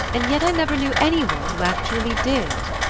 and yet i never knew any one who actually did